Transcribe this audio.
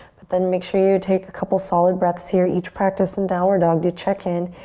but then make sure you take a couple solid breaths here. each practice in downward dog, do check in.